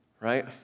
Right